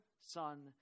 Son